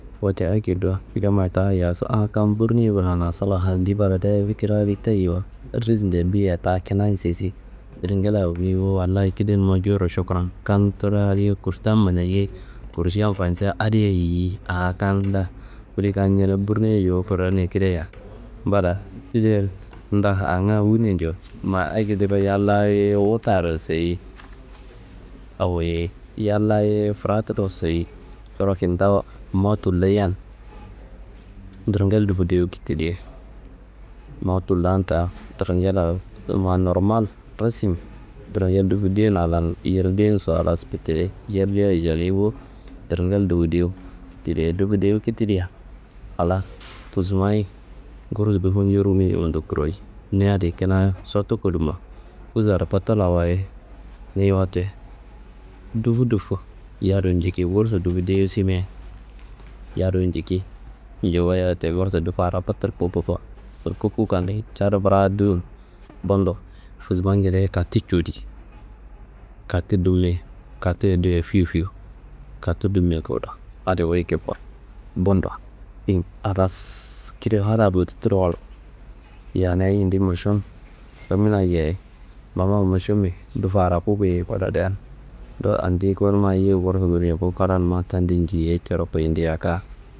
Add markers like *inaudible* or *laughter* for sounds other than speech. Wote akedo yammayi ta ayasa, an kam burniye bulanasula andiyi bulandeye fikir adi tayeiwa risndea biyeia ta kinayi sesi dringella biwu Wallayi kidanumma jowuro šukuron. Kan tudu ayiye kurstan manayei, kursiyan fansan adiye yiyi, a kal la kude ñene burniye yuwu furanei kideya. Mbada, yeyi nda anga wunei njo ma akediro yal la- ye yuwu wutaro seyi awoyei yal la- ye furatururo soyi. Coro kintawu mowu tulloyan dringel dufu dewu kitilliye, mowu tullan ta dringella ma normal rasmi dringel dufu dewu a lan yer dewunso halas kitilliye yer dewuwa zadeyi bo. Dringel dufu dewu tilye, dufu dewu kitiliya, halas pusmayi gursu dufu n yor uwu- n yor uwu- ndo buroyi. Ni adi kina sottowo koduma pussaro kotula wayi, ni wote dufu dufu yadu njiki. Gursu dufu dewu simia, yadu njiki jowu wayi wote gursu dufu araku tulku kufowo. Tulku kukan cadu braad duyi, bundo pusmangedeyi katti cuwudi. Katti du mea, katti ye du- ye fiwu fiwu, katti du mea kuwudo. Andi wuyi kifowo, bundo *hesitation* halas, kida fada boditiro walk, yania yindi mošon. Rimia yeyi, mawa mošombe dufu araku koyiyei buladian, dowo andi konumma ayiye gursu konei bo, fadanumma tantei njiyei coro kawu yindi yaka.